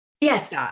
Yes